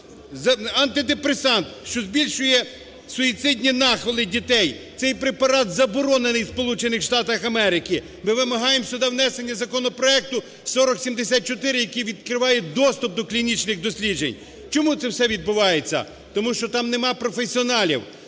Антидепресант, що збільшує суїцидні нахили дітей, цей препарат заборонений в Сполучених Штатах Америки. Ми вимагаємо сюди внесення законопроекту 4074, який відкриває доступ до клінічних досліджень. Чому це все відбувається? Тому що там нема професіоналів,